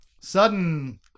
sudden